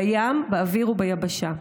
בים, באוויר וביבשה.